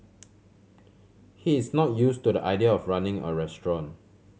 he's not use to the idea of running a restaurant